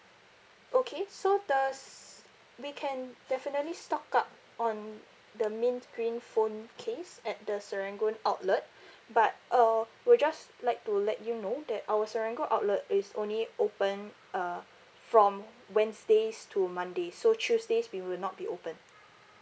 okay so does we can definitely stock up on the mint green phone case at the serangoon outlet but uh we just like to let you know that our serangoon outlet is only open uh from wednesdays to mondays so tuesdays we will not be open